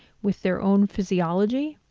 with their own physiology.